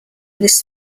this